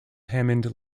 hammond